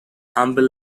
humble